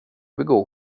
begå